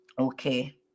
Okay